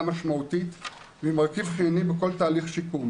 משמעותית והיא מרכיב חיוני בכל תהליך שיקום.